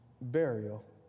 burial